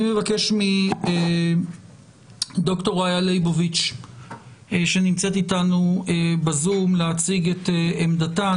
אני מבקש מדוקטור רעיה ליבוביץ שנמצאת אתנו ב-זום להציג את עמדתה.